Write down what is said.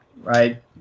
right